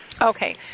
Okay